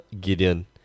Gideon